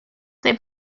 they